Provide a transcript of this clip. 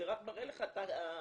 זה רק מראה לך את הקיצוניות.